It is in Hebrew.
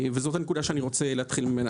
וזאת הנקודה ממנה אני רוצה להתחיל.